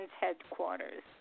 headquarters